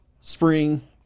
spring